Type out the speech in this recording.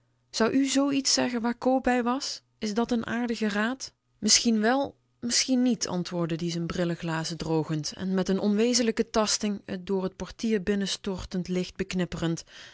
zou u zoo iets zeggen waar co bij was is dat n aardige raad misschien wel misschien niet antwoordde ie z'n brilleglazen drogend en met onwezenlijke tasting t door t portier binnenstortend licht